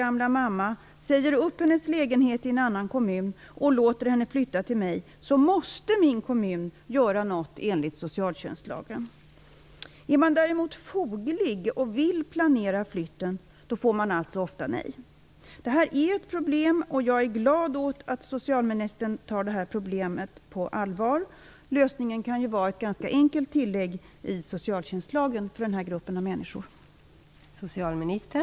Om jag säger upp min mammas lägenhet i en annan kommun och låter henne flytta till mig, så måste min kommun göra något enligt socialtjänstlagen. Om man däremot är foglig och vill planera flytten, då får man alltså ofta nej. Detta är ett problem, och jag är glad att socialministern tar detta problem på allvar. Lösningen kan ju vara ett ganska enkelt tillägg i socialtjänstlagen för denna grupp av människor.